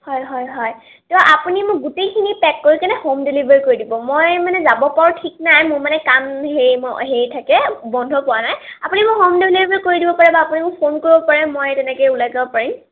হয় হয় হয় ত' আপুনি মোক গোটেইখিনি পেক কৰি কেনে হোম ডেলিভাৰী কৰি দিব মই মানে যাব পাৰোঁ ঠিক নাই মোৰ মানে কাম হেৰি মই হেৰি থাকে বন্ধ পোৱা নাই আপুনি মোক হোম ডেলিভাৰী কৰি দিব পাৰিব আপুনি মোক ফোন কৰিব পাৰে মই তেনেকৈ ওলাই যাব পাৰিম